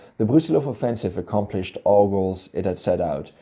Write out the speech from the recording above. the brusilov offensive accomplished all goals it had set out,